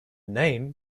name